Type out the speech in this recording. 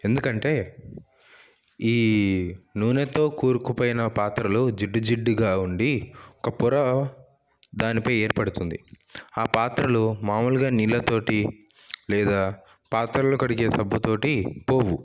ఎందుకంటే ఈ నూనెతో కూరుకుపోయిన పాత్రలు జిడ్డు జిడ్డుగా ఉండి ఒక పొర దానిపై ఏర్పడుతుంది ఆ పాత్రలు మామూలుగా నీళ్ళతో లేదా పాత్రలు కడిగే సబ్బుతో పోవు